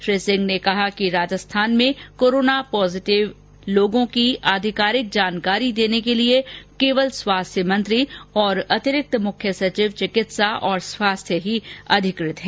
उन्होंने कहा कि राजस्थान में कोरोना पॉजिटिव लोगों की अधिकारिक जानकारी देने के लिए केवल स्वास्थ्य मंत्री और अतिरिक्त मुख्य सचिव चिकित्सा और स्वास्थ्य ही अधिकृत हैं